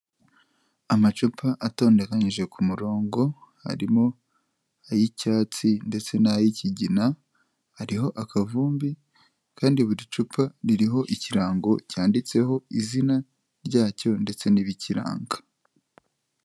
Amacupa atondekanyije ku murongo, harimo ay'icyatsi ndetse n'ay'ikigina, hariho akavumbi, kandi buri cupa ririho ikirango cyanditseho izina ryacyo ndetse n'ibikiranga.